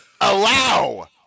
allow